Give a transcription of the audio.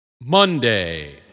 Monday